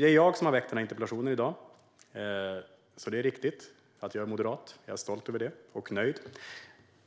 Det är jag som har väckt den interpellation som vi debatterar i dag, och det är riktigt att jag är moderat. Jag är stolt över det, och nöjd.